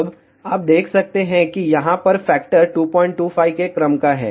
अब आप देख सकते हैं कि यहाँ पर फैक्टर 225 के क्रम का है